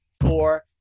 four